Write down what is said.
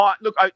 Look